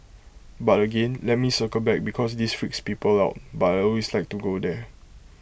but again let me circle back because this freaks people out but I always like to go there